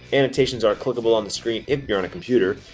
annotations are clickable on the screen if you're on a computer.